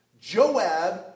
Joab